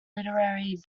literary